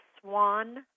swan